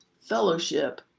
fellowship